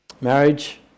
Marriage